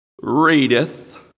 readeth